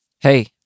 Hey